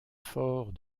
forts